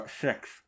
Six